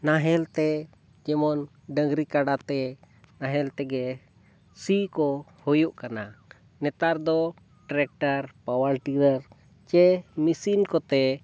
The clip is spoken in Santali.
ᱱᱟᱦᱮᱞ ᱛᱮ ᱡᱮᱢᱚᱱ ᱰᱟᱹᱝᱨᱤ ᱠᱟᱰᱟ ᱛᱮ ᱱᱟᱦᱮᱞ ᱛᱮᱜᱮ ᱥᱤ ᱠᱚ ᱦᱩᱭᱩᱜ ᱠᱟᱱᱟ ᱱᱮᱛᱟᱨ ᱫᱚ ᱴᱨᱮᱠᱴᱟᱨ ᱯᱟᱣᱟᱨ ᱴᱤᱞᱟᱨ ᱥᱮ ᱢᱤᱥᱤᱱ ᱠᱚᱛᱮ